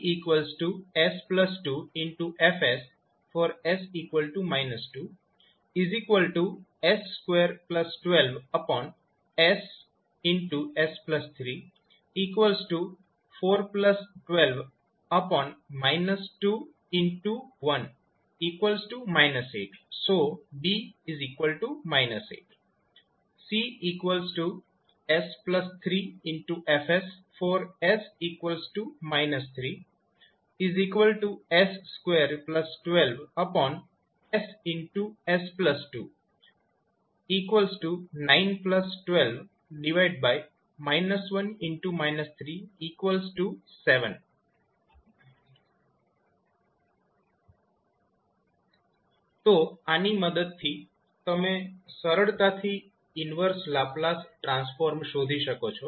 AsF|s0s212s2s3|s0122 Bs2F|s 2s212s3|s 2412 8 Cs3F|s 3s212s2|s 29127 તો આની મદદથી તમે સરળતાથી ઈન્વર્સ લાપ્લાસ ટ્રાન્સફોર્મ શોધી શકો છો